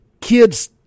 kids